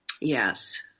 Yes